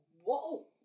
whoa